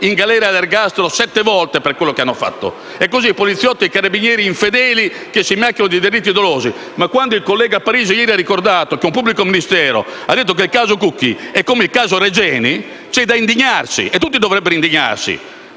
in galera e all'ergastolo sette volte per quello che hanno fatto e così carabinieri e poliziotti infedeli che si macchiano di delitti dolosi. Quando però il collega Parisi ha ricordato che un pubblico ministero ha detto che il caso Cucchi è come il caso Regeni, c'è da indignarsi. Tutti dovrebbero indignarsi